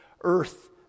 earth